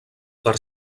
per